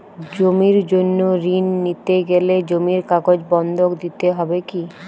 জমির জন্য ঋন নিতে গেলে জমির কাগজ বন্ধক দিতে হবে কি?